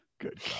Good